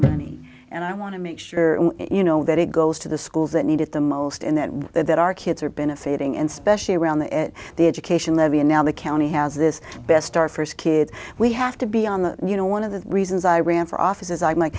money and i want to make sure you know that it goes to the schools that need it the most and that we that our kids are benefiting and special around the at the education level and now the county has this best our first kid we have to be on the you know one of the reasons i ran for office is i'd like